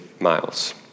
miles